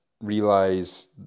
realize